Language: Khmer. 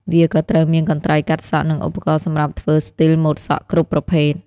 វាក៏ត្រូវមានកន្ត្រៃកាត់សក់និងឧបករណ៍សម្រាប់ធ្វើស្ទីលម៉ូដសក់គ្រប់ប្រភេទ។